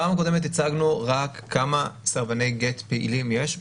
בפעם הקודמת הצגנו רק כמה סרבני גט פעילים יש,